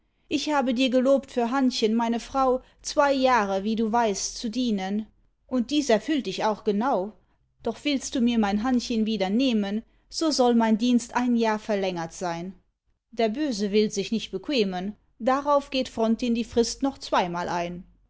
ich habe dir gelobt für hannchen meine frau zwei jahre wie du weißt zu dienen und dies erfüllt ich auch genau doch willst du mir mein hannchen wieder nehmen so soll mein dienst ein jahr verlängert sein der böse will sich nicht bequemen drauf geht frontin die frist noch zweimal ein